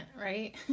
right